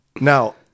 Now